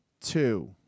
Two